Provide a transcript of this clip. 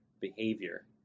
behavior